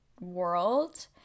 world